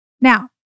Now